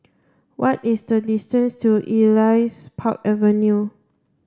what is the distance to Elias Park Avenue